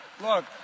Look